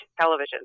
television